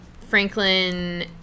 Franklin